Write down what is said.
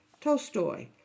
Tolstoy